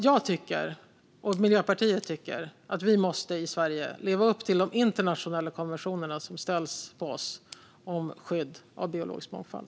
Jag och Miljöpartiet tycker att vi i Sverige måste leva upp till de internationella konventioner som finns gällande skydd av biologisk mångfald.